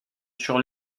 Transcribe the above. sur